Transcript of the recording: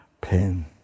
Pain